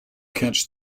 catch